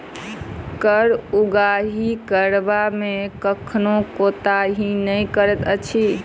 कर उगाही करबा मे कखनो कोताही नै करैत अछि